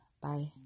bye